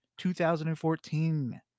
2014